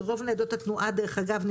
כי דרך אגב,